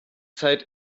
zeit